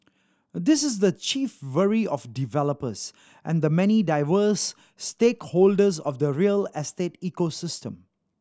this is the chief worry of developers and the many diverse stakeholders of the real estate ecosystem